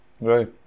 right